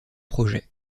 projets